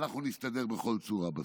אנחנו נסתדר בכל צורה בסוף,